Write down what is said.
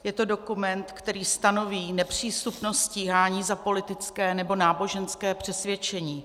Je to dokument, který stanoví nepřístupnost stíhání za politické nebo náboženské přesvědčení.